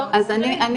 ואני